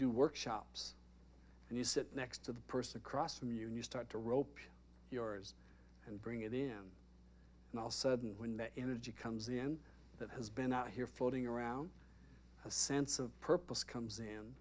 do workshops and you sit next to the person across from you and you start to rope yours and bring it end and all sudden when the energy comes the end that has been out here floating around a sense of purpose comes in